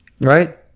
Right